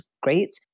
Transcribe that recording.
great